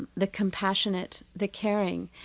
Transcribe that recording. the compassionate, the caring.